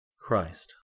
christ